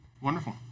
Wonderful